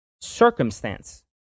circumstance